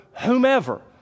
whomever